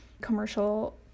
commercial